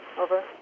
Over